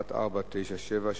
שאילתא 1497,